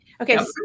okay